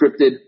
scripted